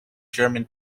german